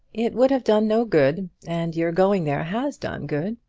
it would have done no good and your going there has done good.